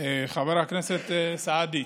חבר הכנסת סעדי,